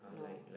no